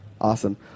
Awesome